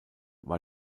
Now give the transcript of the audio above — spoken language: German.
war